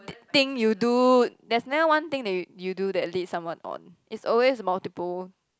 thing you do there's never one thing that you you do that lead someone on it's always multiple